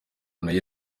nayo